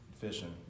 fishing